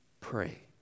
Pray